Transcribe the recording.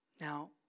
Now